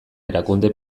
erakunde